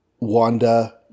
Wanda